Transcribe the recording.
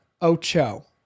Ocho